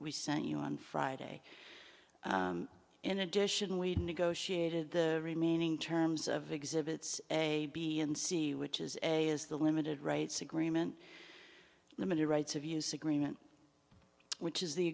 we sent you on friday in addition we've negotiated the remaining terms of exhibits a b and c which is a is the limited rights agreement limited rights of use agreement which is the